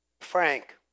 Frank